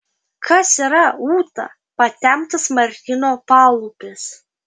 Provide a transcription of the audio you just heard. kas yra ūta patemptas martyno palūpis